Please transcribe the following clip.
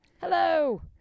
Hello